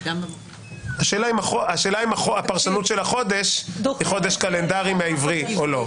השאלה אם הפרשנות של החודש היא חודש קלנדרי מהעברי או לא.